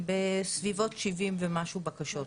בסביבות 70 ומשהו בקשות.